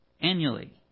annually